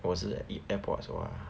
我是 AirPods !wah!